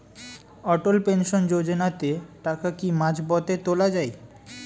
অটল pension যোজনাতে টাকা কি মাঝপথে তোলা যায়?